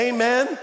Amen